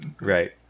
Right